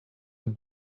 have